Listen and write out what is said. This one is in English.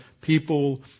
people